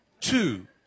Two